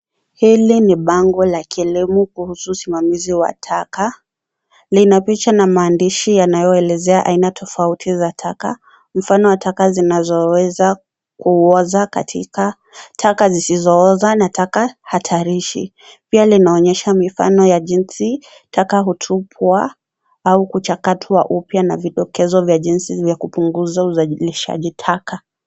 Hili ni bango la kieleimu kuhusu usimamizi wa taka. Lina picha na maandishi yanayoelezea aina tofauti ya taka. Mfano wa taka zinazoweza kuoza katika, taka zisizooza na taka hatarishi. Pia linaonyesha mifano ya jinsi taka hutupwa au kuchakatwa upya na vidokekezo vya jinsi ya kupunguza uzalishajitaka.